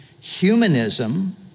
humanism